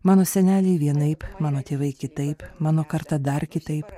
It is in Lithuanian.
mano seneliai vienaip mano tėvai kitaip mano karta dar kitaip